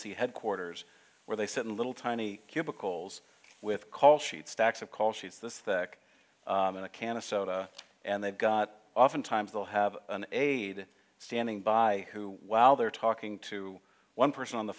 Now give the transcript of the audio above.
c headquarters where they sit in little tiny cubicles with call sheet stacks of call sheets this thick and a can of soda and they've got oftentimes they'll have an aide standing by who while they're talking to one person on the